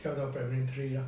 跳到 primary three lah